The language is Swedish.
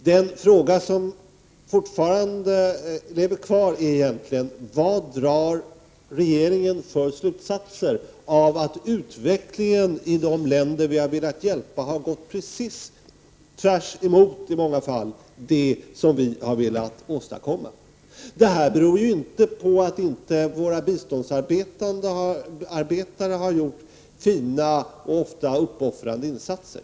Den fråga som fortfarande lever kvar är vad regeringen drar för slutsatser av att utvecklingen i de länder som vi har hjälpt ofta har gått precis tvärtemot det som vi har velat åstadkomma. Detta beror ju inte på att våra biståndsarbetare inte har gjort fina och inte sällan uppoffrande insatser.